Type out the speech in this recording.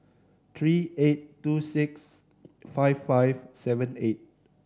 three eight two six five five seven eight